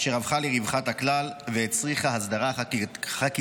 אשר הפכה לרווחת הכלל והצריכה הסדרה חקיקתית.